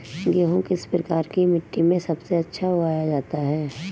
गेहूँ किस प्रकार की मिट्टी में सबसे अच्छा उगाया जाता है?